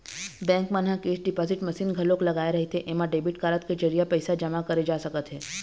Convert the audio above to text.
bank मन ह cash deposit machine घलोक लगाए रहिथे एमा डेबिट कारड के जरिए पइसा जमा करे जा सकत हे